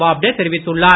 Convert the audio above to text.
பாப்டே தெரிவித்துள்ளார்